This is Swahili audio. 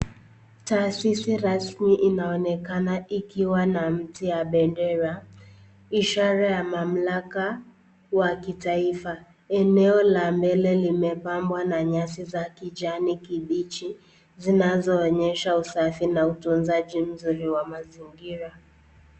Taasisi rasmi inaonekana ikiwa na mti ya bendera, ishara ya mamlaka wa kitaifa. Eneo la mbele limepambwa na nyasi za kijani kibichi, zinazoonyesha usafi na utunzaji mzuri wa mazingira.